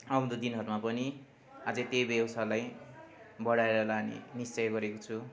आउँदो दिनहरूमा पनि अझ त्यही व्यवसायलाई बढाएर लाने निश्चय गरेको छु